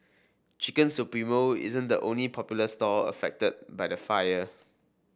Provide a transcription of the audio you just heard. Chicken Supremo isn't the only popular stall affected by the fire